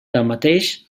tanmateix